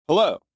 Hello